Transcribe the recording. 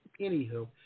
anywho